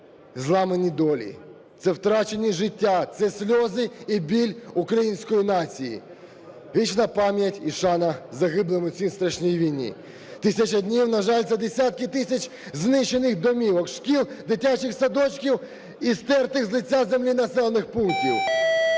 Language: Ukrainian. зламані долі, це втрачені життя, це сльози і біль української нації. Вічна пам'ять і шана загиблим у цій страшній війні. 1000 днів, на жаль, це десятки тисяч знищених домівок, шкіл, дитячих садочків і стертих з лиця землі населених пунктів.